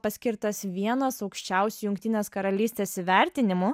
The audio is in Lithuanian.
paskirtas vienas aukščiausių jungtinės karalystės įvertinimų